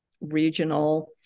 regional